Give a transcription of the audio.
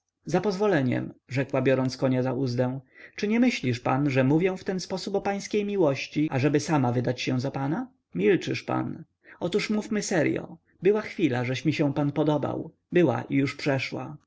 rumieniec zapozwoleniem rzekła biorąc konia za uzdę czy nie myślisz pan że mówię w ten sposób o pańskiej miłości ażeby sama wydać się za pana milczysz pan otóż mówmy seryo była chwila żeś mi się pan podobał była i już przeszła